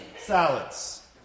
salads